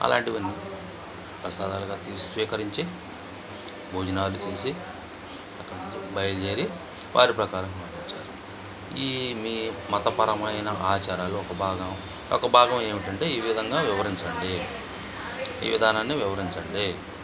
అలాంటివి అన్నీ ప్రసాదాలుగా తీ స్వీకరించి భోజనాలు చేసి అక్కడ నుంచి బయలుదేరి వారి ప్రకారం ఈ మీ మతపరమైన ఆచారాలు ఒక భాగం ఒక భాగం ఏంటంటే ఈ విధంగా వివరించండి ఈ విధానాన్ని వివరించండి